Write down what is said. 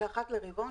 אחת לרבעון,